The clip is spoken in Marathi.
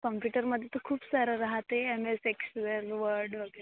कॉम्प्युटरमध्ये तर खूप सारं राहते एम एस एक्सवेअर वर्ड वगैरे